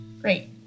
Great